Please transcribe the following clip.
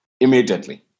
immediately